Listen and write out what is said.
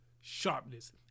sharpness